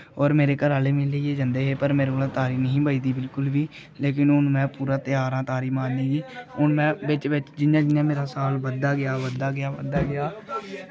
होर मेरे घरे आह्ले मिगी लेइयै जंदे हे पर मेरे कोला तारी निं ही बजदी बिल्कुल बी लेकिन हून में पूरा त्यार आं तारी मारने गी हून में बिच बिच जि'यां जि'यां मेरा साल बधदा गेआ बधदा गेआ